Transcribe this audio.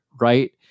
right